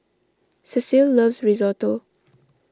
Cecil loves Risotto